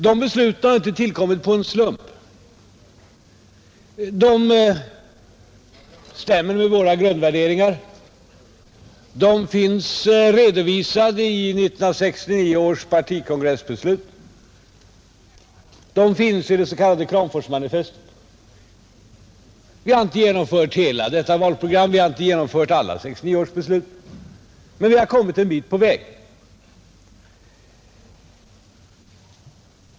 Dessa beslut har inte tillkommit på en slump. De stämmer med våra grundvärderingar, som återfinns i 1969 års partikongress beslut, och i det s.k. Kramforsmanifestet. Vi har inte helt genomfört detta valprogram, vi har inte genomfört alla 1969 års kongressbeslut, men vi har kommit en bit på väg.